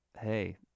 hey